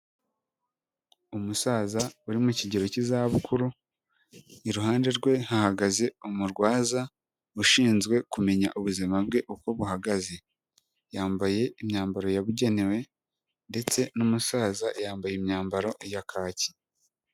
Umusaza uri m'ikigero cy'izabukuru iruhande rwe hahagaze umurwaza ushinzwe kumenya ubuzima bwe uko buhagaze yambaye imyambaro yabugenewe ndetse n'umusaza yambaye imyambaro ya kacye.